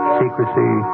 secrecy